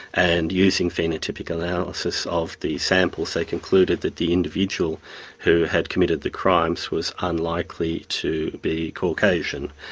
and, using phenotypic analysis of the samples they concluded that the individual who had committed the crimes was unlikely to be caucasian,